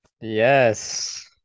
Yes